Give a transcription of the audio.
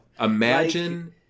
Imagine